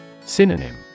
Synonym